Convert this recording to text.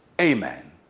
amen